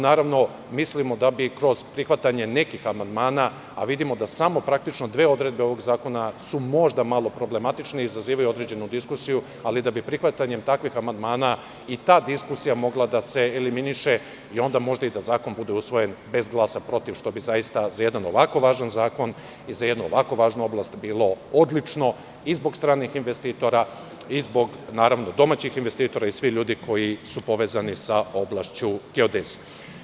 Naravno, mislimo da bi kroz prihvatanje nekih amandmana, a vidimo da praktično samo dve odredbe ovog zakona su možda malo problematične i izazivaju određenu diskusiju, ali da bi prihvatanjem takvih amandmana i ta diskusija mogla da se eliminiše i onda možda i da zakon bude usvojen bez glasa protiv, što bi zaista za jedan ovako važan zakon i za jednu ovako važnu oblast bilo odlično i zbog stranih investitora, i zbog domaćih investitora i zbog svih ljudi koji su povezani sa oblašću geodezije.